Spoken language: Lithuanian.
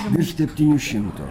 virš septynių šimtų